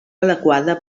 adequada